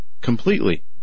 completely